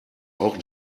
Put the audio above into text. auch